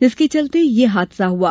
जिसके चलते यह हादसा हुआ